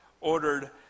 ordered